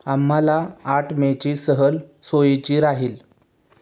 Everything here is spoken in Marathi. आम्हाला आठ मेची सहल सोयीची राहील